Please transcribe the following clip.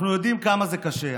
אנחנו יודעים כמה זה קשה,